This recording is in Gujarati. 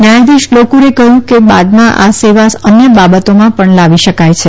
ન્યાયાધીશ લોકુરે કહયું કે બાદમાં આ સેવા અન્ય બાબતોમાં પણ લાવી શકાય છે